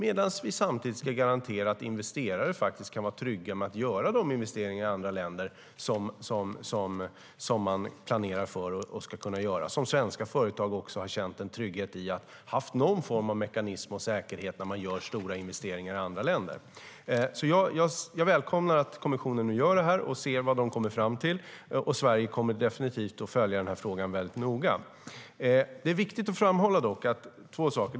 Samtidigt ska vi kunna garantera att investerare kan vara trygga i att göra de investeringar i andra länder som de planerar för och ska kunna göra. Svenska företagare har känt en trygghet i att de har någon form av mekanism och säkerhet när de gör stora investeringar i andra länder. Jag välkomnar att få se vad kommissionen kommer fram till. Sverige kommer definitivt att följa den här frågan väldigt noga. Det är dock viktigt att framhålla två saker.